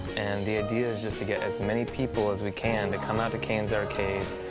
and the idea is just to get as many people as we can to come out to caine's arcade,